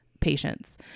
patients